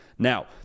Now